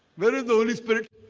where is the holy spirit?